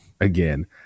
again